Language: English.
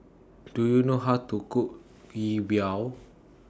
Do YOU know How to Cook Yi Biao